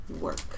work